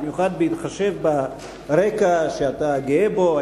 במיוחד בהתחשב ברקע שאתה גאה בו.